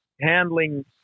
handling